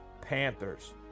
Panthers